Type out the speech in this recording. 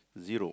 zero